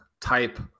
type